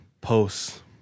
posts